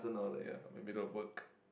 ya maybe that'll work